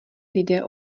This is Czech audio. lidé